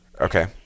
Okay